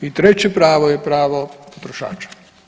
I treće pravo je pravo potrošača.